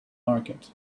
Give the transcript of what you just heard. market